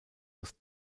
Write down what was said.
aus